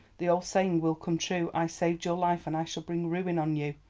the old saying will come true. i saved your life, and i shall bring ruin on you!